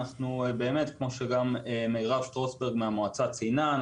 כמו שגם מירב שטרוסברג מהמועצה ציינה,